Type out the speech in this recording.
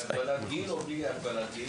זה עם הגבלת גיל או בלי הגבלת גיל?